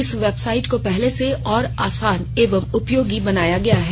इस वेबसाइट को पहले से और आसान एवं उपयोगी बनाया गया है